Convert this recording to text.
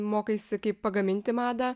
mokaisi kaip pagaminti madą